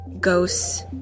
ghosts